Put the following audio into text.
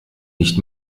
nicht